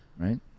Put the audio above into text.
Right